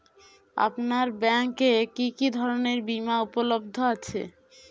আপনার ব্যাঙ্ক এ কি কি ধরনের বিমা উপলব্ধ আছে?